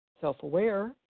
self-aware